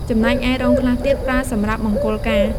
ចំណែកឯរោងខ្លះទៀតប្រើសម្រាប់មង្គលការ